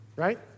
Right